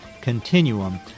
continuum